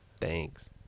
Thanks